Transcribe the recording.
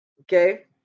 Okay